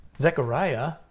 Zechariah